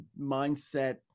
mindset